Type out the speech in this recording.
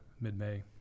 mid-May